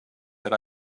that